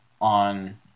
on